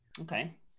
Okay